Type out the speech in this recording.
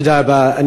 תודה רבה.